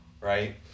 Right